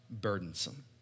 burdensome